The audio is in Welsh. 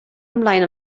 ymlaen